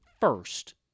first